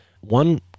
one